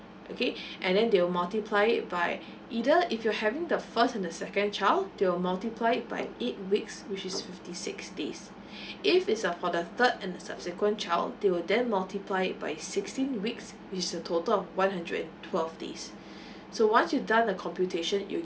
okay and then they will multiply it by either if you having the first and the second child they'll multiply it by eight weeks which is fifty six days if it's for the third and the subsequent child they will then multiply it by sixteen weeks which is a total of one hundred and twelve days so once you done the computation it